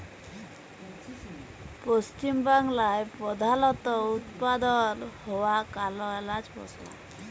পশ্চিম বাংলায় প্রধালত উৎপাদল হ্য়ওয়া কাল এলাচ মসলা